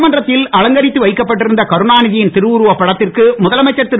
சட்டமன்றத்தில் அலங்கரித்து வைக்கப்பட்டிருந்த கருணாநிதியின் திருவுருவ படத்திற்கு முதலமைச்சர் திரு